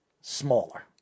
smaller